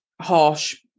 harsh